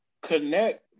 connect